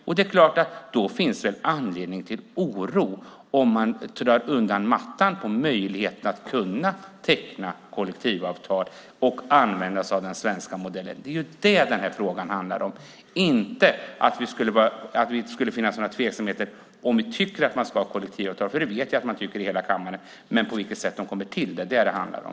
Det är väl klart att det finns anledning till oro om mattan dras undan när det gäller möjligheterna att teckna kollektivavtal och att använda sig av den svenska modellen. Det är det som det här handlar om, inte om att det finns tveksamheter kring om vi tycker att det ska vara kollektivavtal - jag vet ju att hela kammaren tycker det. Det är hur kollektivavtalen kommer till som det handlar om.